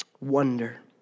wonder